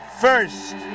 first